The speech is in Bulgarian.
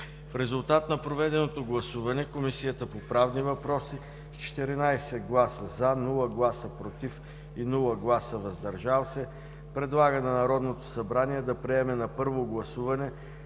В резултат на проведеното гласуване, Комисията по правни въпроси с 14 гласа „за”, без „против“ и „въздържал се” предлага на Народното събрание да приеме на първо гласуване